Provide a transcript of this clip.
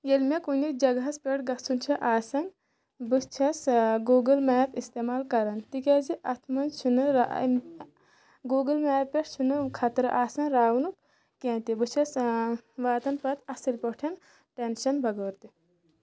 ییلہِ مےٚ کُنہِ جگہس پٮ۪ٹھ گژھُن چھُ آسان بہٕ چھِس گوٚگُل میپ استعمال کران تِکیازِ اتھ منٛز چِھنہٕ را گوٚگُل میپ پیٹھ چُھنہٕ خَطرٕ آسان راوُنُک کیٛنٚہہ تہِ بہٕ چھِس واتان پتہٕ اصل پٲٹھۍ ٹینشَن بغیر تہِ